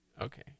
Okay